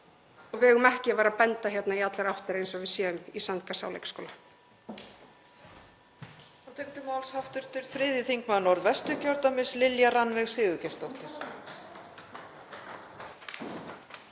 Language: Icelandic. Við eigum ekki að vera að benda í allar áttir eins og við séum í sandkassa á leikskóla.